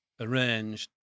arranged